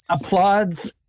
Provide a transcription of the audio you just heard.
applauds